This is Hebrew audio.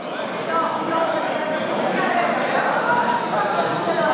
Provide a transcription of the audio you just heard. תוצאות ההצבעה: בעד, 50 חברי כנסת,